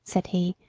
said he,